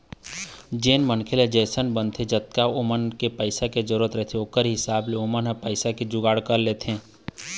जेन मनखे ले जइसन बनथे जतका ओमन ल पइसा के जरुरत रहिथे ओखर हिसाब ले ओमन ह पइसा के जुगाड़ करथे